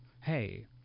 hey